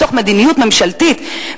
מתוך מדיניות ממשלתית,